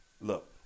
Look